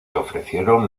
ofrecieron